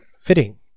fitting